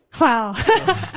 Wow